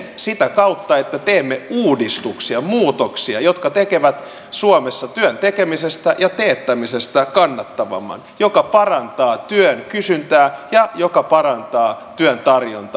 sitä kautta että teemme uudistuksia muutoksia jotka tekevät suomessa työn tekemisestä ja teettämisestä kannattavampaa mikä parantaa työn kysyntää ja mikä parantaa työn tarjontaa